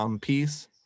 peace